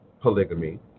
polygamy